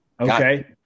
Okay